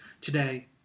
today